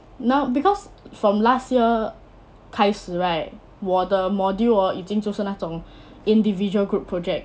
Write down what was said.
no because from last year 开始 right 我的 module hor 已经就是那种 individual group project